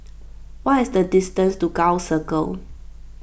what is the distance to Gul Circle